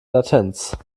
latenz